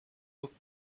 looked